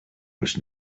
was